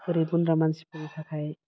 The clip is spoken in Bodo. गोरिब गुन्द्रा मानसिफोरनि थाखाय